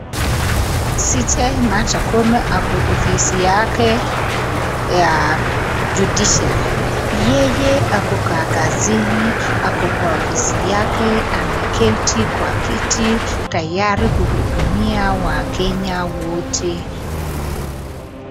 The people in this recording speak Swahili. Cj Martha Koome amekaa kwenye ofisi yake ya judiciary , yeye ako kwa kazini ako kwa ofisi yake ameketi kwa kiti tayari kuhudumia wakenya wote.